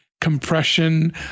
compression